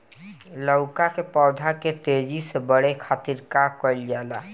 लउका के पौधा के तेजी से बढ़े खातीर का कइल जाला?